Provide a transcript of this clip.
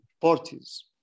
parties